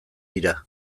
dira